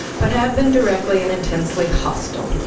but have been directly and intensely hostile.